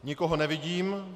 Nikoho nevidím.